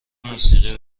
موسیقی